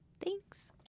Thanks